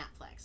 Netflix